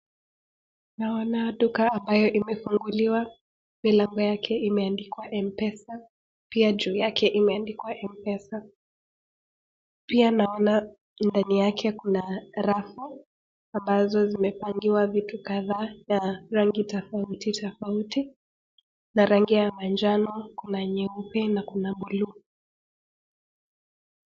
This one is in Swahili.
Naona duka ambayo imefunguliwa, milango yake imeandikwa M Pesa pia juu yake imeandikwa M pesa. Pia naona ndani yake kuna rafo ambazo zimepangiwa vitu kadhaa ya rangi tofauti tofauti. Na rangi ya manjano, kuna nyeupe na kuna blue .